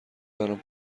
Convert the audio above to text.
برام